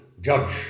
judge